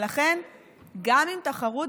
לכן גם אם תחרות,